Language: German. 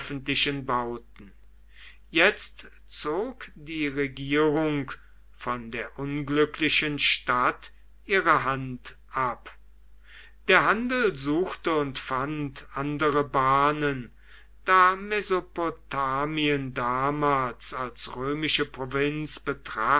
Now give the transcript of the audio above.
bauten jetzt zog die regierung von der unglücklichen stadt ihre hand ab der handel suchte und fand andere bahnen da mesopotamien damals als römische provinz